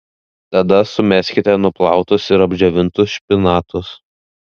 tada sumeskite nuplautus ir apdžiovintus špinatus